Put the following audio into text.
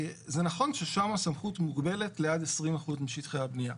זה נכון ששם הסמכות מוגבלת לעד 20% משטחי הבנייה.